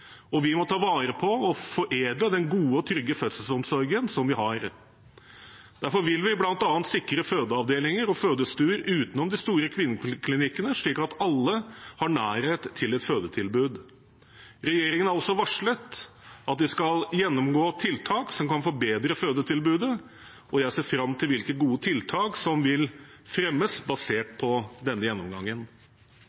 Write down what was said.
og vi må ta vare på og foredle den gode og trygge fødselsomsorgen vi har. Derfor vil vi bl.a. sikre fødeavdelinger og fødestuer utenom de store kvinneklinikkene, slik at alle har nærhet til et fødetilbud. Regjeringen har også varslet at de skal gjennomgå tiltak som kan forbedre fødetilbudet, og jeg ser fram til hvilke gode tiltak som vil fremmes basert